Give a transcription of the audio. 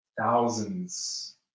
thousands